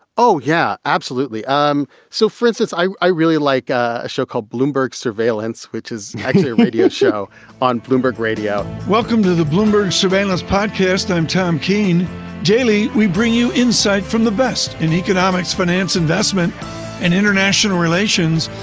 oh, yeah, absolutely. um so, francis, i i really like a show called bloomberg surveillance, which is actually a radio show on bloomberg radio welcome to the bloomberg surveillance podcast. i'm tom kean gaoli. we bring you insight from the best in economics, finance, investment and international relations.